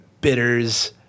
bitters